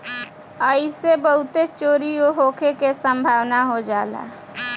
ऐइसे बहुते चोरीओ होखे के सम्भावना हो जाला